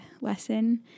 lesson